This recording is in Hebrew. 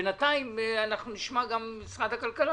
בינתיים נשמע גם ממשרד הכלכלה,